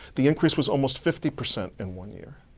the increase was almost fifty percent in one year.